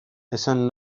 esan